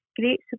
great